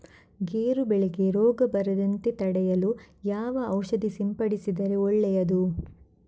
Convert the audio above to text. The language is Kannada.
ಗೇರು ಬೆಳೆಗೆ ರೋಗ ಬರದಂತೆ ತಡೆಯಲು ಯಾವ ಔಷಧಿ ಸಿಂಪಡಿಸಿದರೆ ಒಳ್ಳೆಯದು?